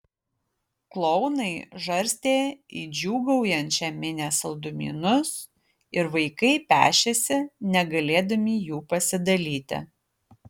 klounai žarstė į džiūgaujančią minią saldumynus ir vaikai pešėsi negalėdami jų pasidalyti